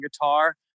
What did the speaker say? guitar